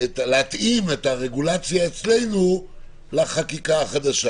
להתאים את הרגולציה אצלנו לחקיקה החדשה.